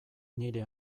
nire